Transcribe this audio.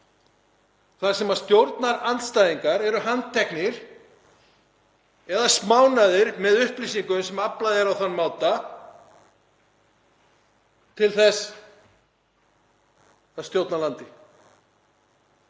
þar sem stjórnarandstæðingar eru handteknir eða smánaðir með upplýsingum sem aflað er á þann máta, til þess að stjórna landi.